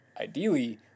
ideally